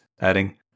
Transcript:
adding